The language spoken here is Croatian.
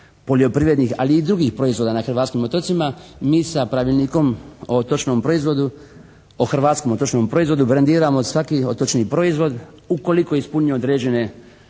poljoprivrednih ali i drugih proizvoda na hrvatskim otocima. Mi sa Pravilnikom o otočnom proizvodu o hrvatskom otočnom proizvodu brandiramo svaki otočni proizvod ukoliko je ispunio određene